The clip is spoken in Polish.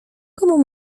komu